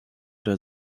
der